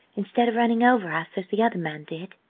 instead of running over us as the other man did.